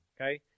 okay